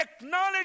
Acknowledge